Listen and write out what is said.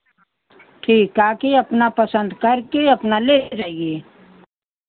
ठीक आके अपना पसंद करके अपना ले जाइए